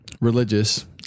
religious